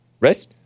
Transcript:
Rest